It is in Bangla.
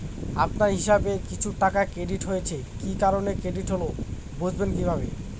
আপনার হিসাব এ কিছু টাকা ক্রেডিট হয়েছে কি কারণে ক্রেডিট হল বুঝবেন কিভাবে?